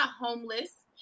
homeless